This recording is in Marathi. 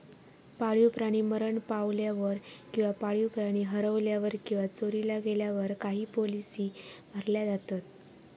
पाळीव प्राणी मरण पावल्यावर किंवा पाळीव प्राणी हरवल्यावर किंवा चोरीला गेल्यावर काही पॉलिसी भरल्या जातत